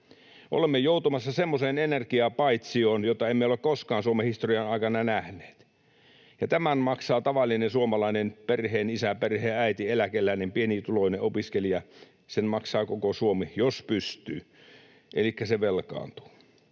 Olemme joutumassa semmoiseen energiapaitsioon, jota emme ole koskaan Suomen historian aikana nähneet. Ja tämän maksaa tavallinen suomalainen perheenisä, perheenäiti, eläkeläinen, pienituloinen opiskelija — sen maksaa koko Suomi, jos pystyy. Elikkä se velkaantuu.